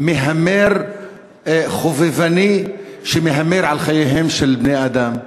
מהמר חובבני שמהמר על חייהם של בני-אדם.